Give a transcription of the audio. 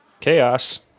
chaos